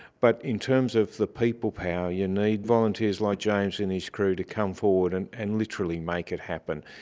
but in terms of the people power you need volunteers like james and his crew to come forward and and literally make it happen.